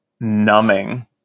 numbing